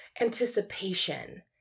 anticipation